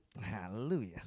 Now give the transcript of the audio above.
Hallelujah